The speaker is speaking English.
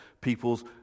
people's